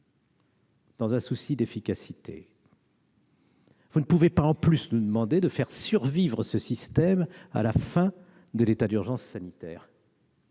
Dans un souci d'efficacité, vous ne pouvez pas nous demander en plus de faire survivre ce système à la fin de l'état d'urgence sanitaire.